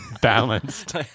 balanced